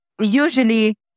Usually